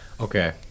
Okay